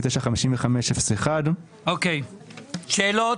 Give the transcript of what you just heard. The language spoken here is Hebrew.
מספר 79-55-01. שאלות.